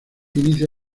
inicia